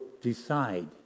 decide